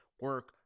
Work